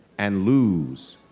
and lose,